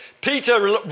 Peter